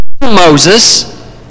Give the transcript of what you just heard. Moses